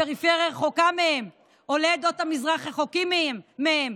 הפריפריה רחוקה מהם, עולי עדות המזרח רחוקים מהם.